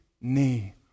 knee